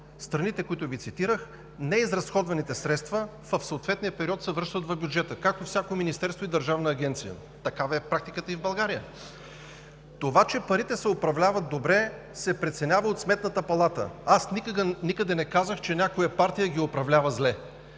страните, които Ви цитирах, неизразходваните средства в съответния период се връщат в бюджета, както всяко министерство и държавна агенция. Такава е практиката и в България. Това, че парите се управляват добре, се преценява от Сметната палата. Аз никъде не казах, че някоя партия ги управлява зле.